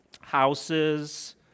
houses